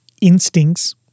instincts